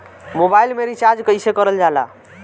Mobile में recharge कइसे करल जाला?